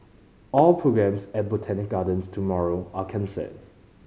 all programmes at Botanic Gardens tomorrow are cancer